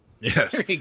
Yes